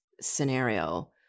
scenario